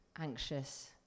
anxious